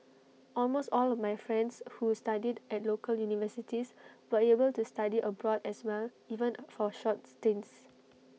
almost all my friends who studied at local universities were able to study abroad as well even for short stints